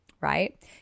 right